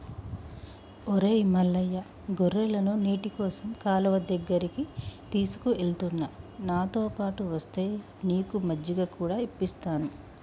ఒరై మల్లయ్య గొర్రెలను నీటికోసం కాలువ దగ్గరికి తీసుకుఎలుతున్న నాతోపాటు ఒస్తే నీకు మజ్జిగ కూడా ఇప్పిస్తాను